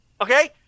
Okay